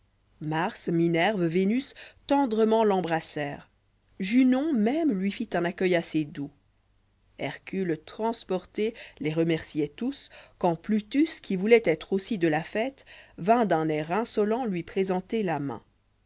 mars minerve vénus tendrement l'embrassèrent junon même lui fit un accueil assez doux hercule transporté les remercioit tous q uand plutus qui voulb it être aussi de la fête vint d'un air insolent lui présenter la main